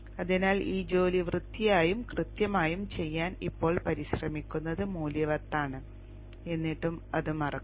അതിനാൽ ഈ ജോലി വൃത്തിയായും കൃത്യമായും ചെയ്യാൻ ഇപ്പോൾ പരിശ്രമിക്കുന്നത് മൂല്യവത്താണ് എന്നിട്ട് അത് മറക്കുക